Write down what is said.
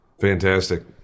Fantastic